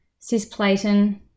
Cisplatin